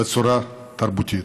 בצורה תרבותית.